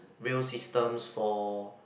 rail systems for